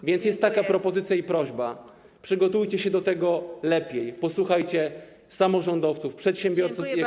A więc jest taka propozycja i prośba: przygotujcie się do tego lepiej, posłuchajcie samorządowców, przedsiębiorców i ekspertów.